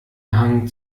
hang